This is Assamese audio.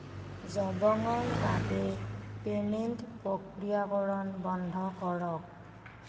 জবঙৰ বাবে পে'মেণ্ট প্ৰক্ৰিয়াকৰণ বন্ধ কৰক